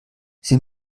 sie